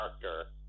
character